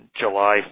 July